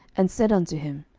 and said unto him,